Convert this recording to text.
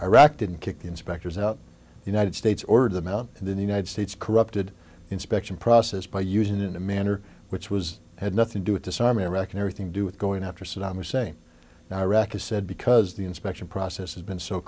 iraq didn't kick the inspectors out the united states ordered them out and then the united states corrupted inspection process by using it in a manner which was had nothing do with disarming reckon everything to do with going after saddam hussein and iraq he said because the inspection process has been so